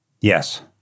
Yes